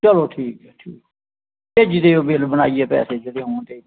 चलो ठीक ऐ ठीक भेजी ओड़ेओ तुस पैसे बिल बनाइयै भेजी देई ओड़गे